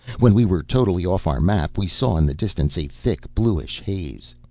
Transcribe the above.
when we were totally off our map, we saw in the distance a thick bluish haze.